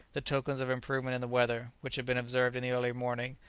the tokens of improvement in the weather, which had been observed in the early morning,